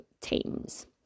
teams